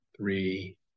three